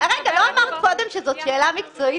לא אמרת קודם שזאת שאלה מקצועית,